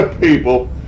people